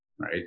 right